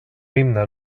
himne